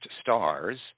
stars